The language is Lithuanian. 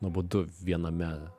nuobodu viename